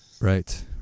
Right